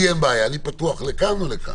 לי אין בעיה ואני פתוח לכאן או לכאן.